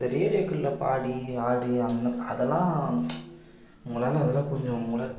இந்த ரேடியோக்களில் பாடி ஆடி அந்த அதெல்லாம் உங்களால் அதெல்லாம் கொஞ்சம் உணர்